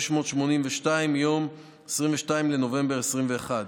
682 מיום 22 בנובמבר 2021,